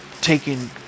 taking